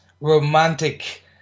romantic